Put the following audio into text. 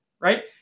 Right